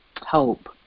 Hope